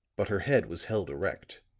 but her head was held erect,